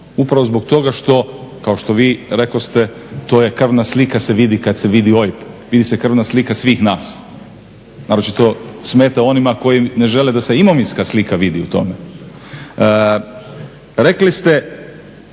upravo zbog toga što kao što vi rekoste to je krvna slika se vidi kad se vidi OIB, vidi se krvna slika svih nas naročito smeta onima koji ne žele da se imovinska slika vidi u tome.